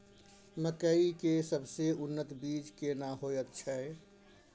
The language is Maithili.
मकई के सबसे उन्नत बीज केना होयत छै?